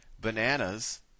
bananas